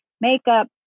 makeup